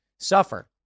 suffer